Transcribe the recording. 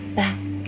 back